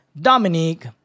Dominique